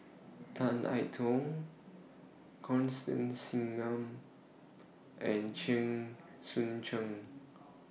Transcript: Tan I Tong Constance Singam and Chen Sucheng